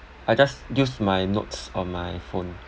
I just use my notes on my phone